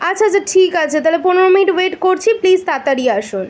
আচ্ছা আচ্ছা ঠিক আছে তাহলে পনেরো মিনিট ওয়েট করছি প্লিজ তাড়াতাড়ি আসুন